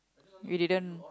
you didn't